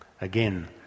Again